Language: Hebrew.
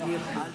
חברי הכנסת,